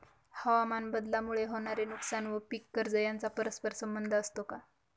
हवामानबदलामुळे होणारे नुकसान व पीक कर्ज यांचा परस्पर संबंध असतो का?